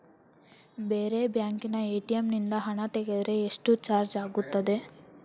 ಬೇರೆ ಬ್ಯಾಂಕಿನ ಎ.ಟಿ.ಎಂ ನಿಂದ ಹಣ ತೆಗೆದರೆ ಎಷ್ಟು ಚಾರ್ಜ್ ಆಗುತ್ತದೆ?